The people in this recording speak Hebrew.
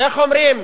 איך אומרים,